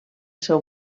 seu